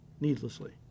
needlessly